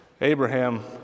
Abraham